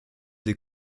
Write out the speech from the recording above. des